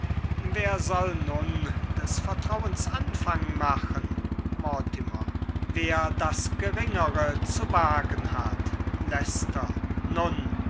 wer soll nun des vertrauens anfang machen mortimer wer das geringere zu wagen hat leicester nun